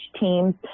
teams